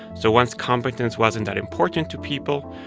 so once competence wasn't that important to people,